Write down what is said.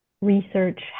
research